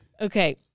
Okay